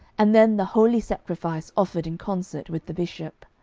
and then the holy sacrifice offered in concert with the bishop.